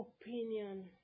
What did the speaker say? opinion